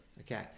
Okay